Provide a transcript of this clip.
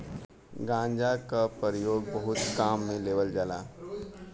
गांजा क परयोग बहुत काम में लेवल जाला